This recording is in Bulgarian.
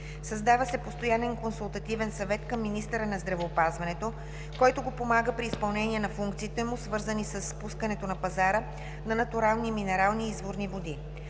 Създава се постоянен консултативен съвет към министъра на здравеопазването, който го подпомага при изпълнение на функциите му, свързани с пускането на пазара на натурални минерални и изворни води.